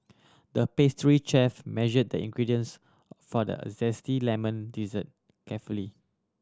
the pastry chef measured the ingredients for the zesty lemon dessert carefully